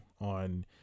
on